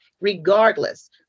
regardless